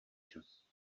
čas